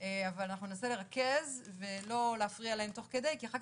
אבל אנחנו ננסה לרכז ולא להפריע להם תוך כדי כי אחר